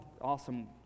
Awesome